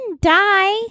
die